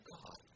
God